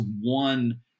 one